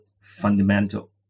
fundamental